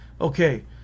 Okay